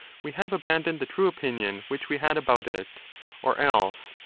we have abandoned the true opinion which we had about it or else,